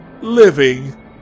living